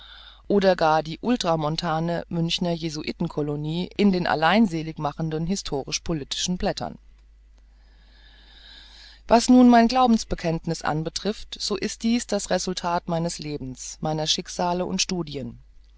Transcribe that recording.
oder gar die ultramontane münchener jesuitenkolonie in den alleinseligmachenden historisch politischen blättern was nun mein glaubensbekenntniß anbetrifft so ist dies das resultat meines lebens meiner schicksale und studien